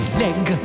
leg